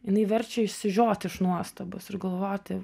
jinai verčia išsižiot iš nuostabos ir galvoti